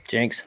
Jinx